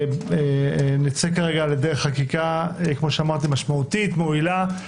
נצא לדרך חקיקה משמעותית, מועילה.